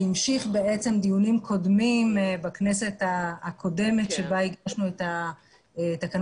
שהמשיך בעצם דיונים קודמים בכנסת הקודמת שבה הגשנו את התקנות